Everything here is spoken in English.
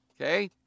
Okay